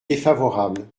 défavorable